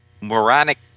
moronic